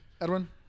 Edwin